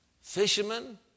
Fishermen